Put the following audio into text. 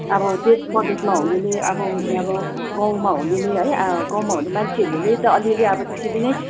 अब देश परदेशमा हुनेले अब अब गाउँमा हुनेले है गाउँमा हुने मान्छेहरूले त आलिअलि अब त्यसरी नै